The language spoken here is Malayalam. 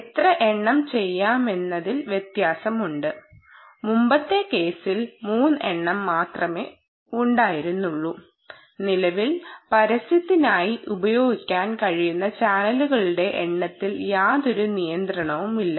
എത്ര എണ്ണം ചെയ്യാമെന്നതിൽ വ്യത്യാസമുണ്ട് മുമ്പത്തെ കേസിൽ 3 എണ്ണം മാത്രമേ ഉണ്ടായിരുന്നുള്ളൂ നിലവിൽ പരസ്യത്തിനായി ഉപയോഗിക്കാൻ കഴിയുന്ന ചാനലുകളുടെ എണ്ണത്തിൽ യാതൊരു നിയന്ത്രണവുമില്ല